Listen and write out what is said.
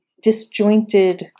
disjointed